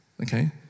okay